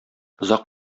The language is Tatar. озак